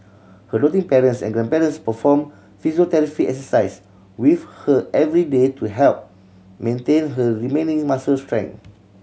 her doting parents and grandparents perform physiotherapy exercise with her every day to help maintain her remaining muscle strength